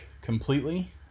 completely